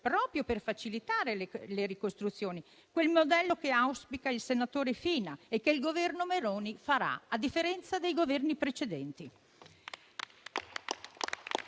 proprio per facilitarle. Quel modello che auspica il senatore Fina e che il Governo Meloni farà, a differenza dei Governi precedenti.